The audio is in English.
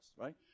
Right